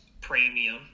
premium